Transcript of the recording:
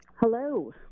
Hello